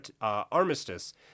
armistice